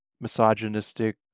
misogynistic